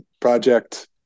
project